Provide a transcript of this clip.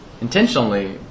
intentionally